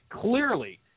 clearly